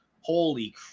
Holy